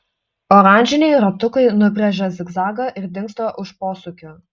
oranžiniai ratukai nubrėžia zigzagą ir dingsta už posūkio